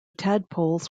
tadpoles